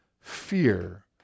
fear